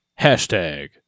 Hashtag